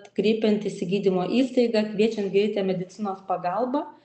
kreipiantis į gydymo įstaigą kviečiant greitąją medicinos pagalbą